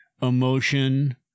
emotion